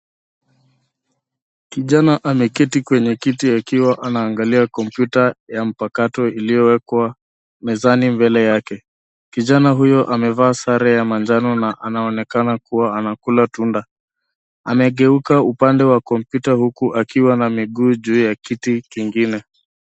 Kijana ameketi kwenye kiti akiwa anaangalia kompyuta ya mpakato iliyowekwa mezani mbele yake. Kijana huyo amevaa sare ya manjano na anaonekana kuwa anakula tunda. Amegeuka upande wa kompyuta huku akiwa na miguu juu ya kiti kingine.